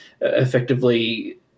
effectively